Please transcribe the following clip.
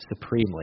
supremely